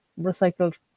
recycled